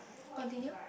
continue